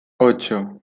ocho